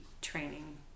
training